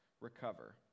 recover